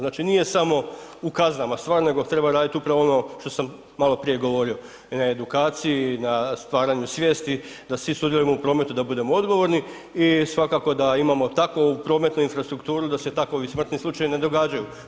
Znači nije samo u kaznama stvar nego treba raditi upravo ono što sam maloprije govorio i na edukaciji, na stvaranju svijesti, da svi sudjelujemo u prometu, da budemo odgovorni i svakako da imamo takvu prometnu infrastrukturu da se takvi smrtni slučajevi ne događaju.